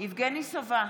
יבגני סובה,